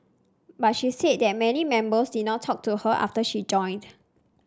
but she said that many members did not talk to her after she joined